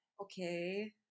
Okay